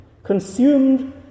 Consumed